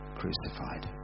crucified